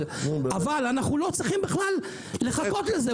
אבל אנחנו לא צריכים בכלל לחכות לזה.